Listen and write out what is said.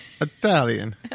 Italian